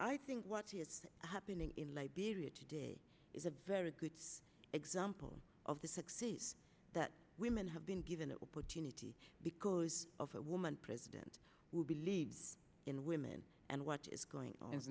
i think what is happening in liberia today is a very good example of the sixty's that women have been given an opportunity because of a woman president will be leads in women and what is going on i